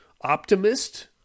optimist